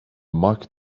mock